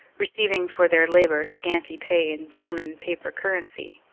receiv ing for their labor scanty pay in german paper currency,